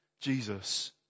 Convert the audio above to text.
Jesus